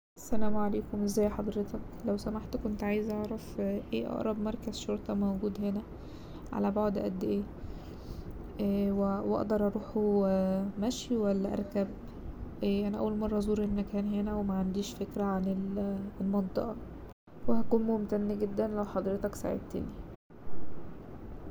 السلام عليكم ازي حضرتك لو سمحت كنت عايزة اعرف ايه اقرب مركز شرطة موجود هنا، على بعد اد ايه؟ واقدر اروحه مشي ولا اركب؟ انا اول مرة ازور المكان هنا ومعنديش فكرة عن المنطقة وهكون ممتن جدا لو حضرتك ساعدتني.